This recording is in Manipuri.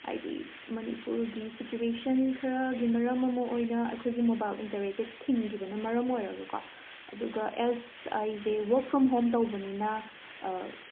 ꯍꯥꯏꯗꯤ ꯃꯅꯤꯄꯨꯔꯒꯤ ꯁꯤꯆꯨꯋꯦꯁꯟ ꯈꯔꯒꯤ ꯃꯔꯝ ꯑꯃ ꯑꯣꯏꯅ ꯑꯈꯣꯏꯒꯤ ꯃꯣꯕꯥꯏꯜ ꯏꯟꯇꯔꯦꯠꯁꯦ ꯊꯤꯡꯒꯤꯕꯅ ꯃꯔꯝ ꯑꯣꯏꯔꯒꯀꯣ ꯑꯗꯨꯒ ꯑꯦꯁ ꯑꯩꯖꯦ ꯋꯥꯔꯛ ꯐ꯭ꯔꯣꯝ ꯍꯣꯝ ꯇꯧꯕꯅꯤꯅ